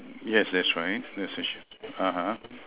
yes that's right